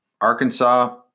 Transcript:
Arkansas